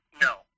no